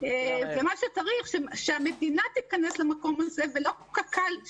צריך שהמדינה תיכנס למקום הזה ולא קק"ל.